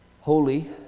Holy